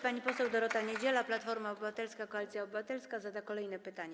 Pani poseł Dorota Niedziela, Platforma Obywatelska - Koalicja Obywatelska, zada kolejne pytanie.